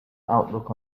outlook